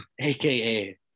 AKA